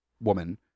woman